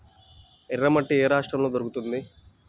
ఎర్రమట్టి ఏ రాష్ట్రంలో దొరుకుతుంది?